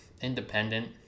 independent